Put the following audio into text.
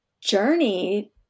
journey